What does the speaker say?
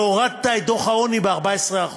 והורדת את דוח העוני ב-14%,